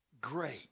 great